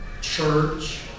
church